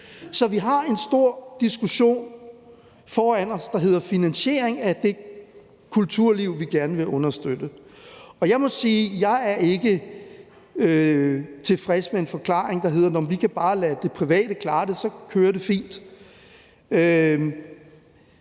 Så vi har en stor diskussion foran os, der handler om finansiering af det kulturliv, vi gerne vil understøtte. Jeg må sige, at jeg ikke er tilfreds med en forklaring, der hedder, at vi kan bare lade det private klare det, og så kører det fint.